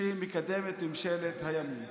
שמקדמת ממשלת הימין.